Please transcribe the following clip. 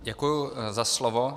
Děkuji za slovo.